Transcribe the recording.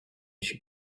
she